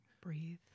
Breathe